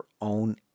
own